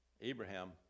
Abraham